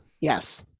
yes